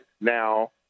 now